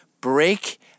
break